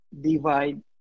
divide